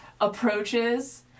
approaches